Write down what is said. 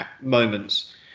moments